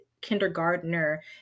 kindergartner